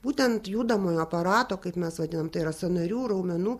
būtent judamojo aparato kaip mes vadinam tai yra sąnarių raumenų